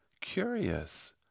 curious